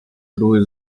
through